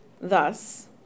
Thus